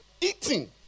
Eating